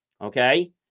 Okay